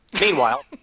Meanwhile